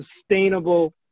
sustainable